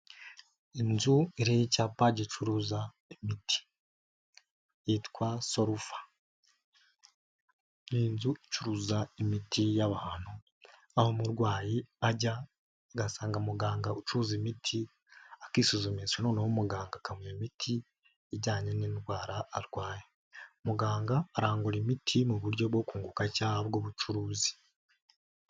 Inzu iriho icyapa gicuruza imiti. Yitwa soluva. Ni inzu icuruza imiti y'abantu, aho umurwayi ajya agasanga muganga ucuruza imiti, akisuzumisha noneho umuganga akamuha imiti ijyanye n'indwara arwaye. Muganga arangura imiti mu buryo bwo kunguka cyangwa bw'ubucuruzi.